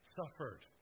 suffered